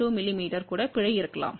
2 mm கூட பிழை இருக்கலாம்